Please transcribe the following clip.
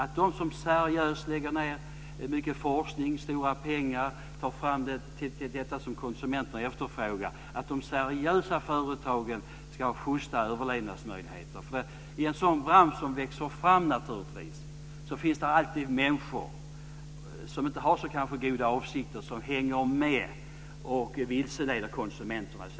De seriösa företag som lägger ned mycket forskning och stora pengar på att ta fram detta som konsumenterna efterfrågar ska ha schysta överlevnadsmöjligheter. I en sådan bransch som växer fram finns det naturligtvis alltid människor som inte har så goda avsikter, som hänger med och som vilseleder konsumenterna.